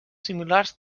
similars